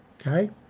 Okay